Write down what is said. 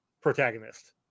protagonist